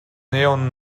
neon